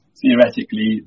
theoretically